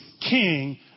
king